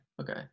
okay